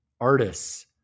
artists